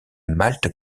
malt